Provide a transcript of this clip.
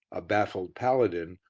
a baffled paladin,